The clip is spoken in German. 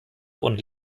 und